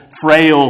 frail